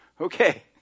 okay